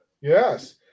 yes